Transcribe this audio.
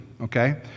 okay